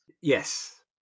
Yes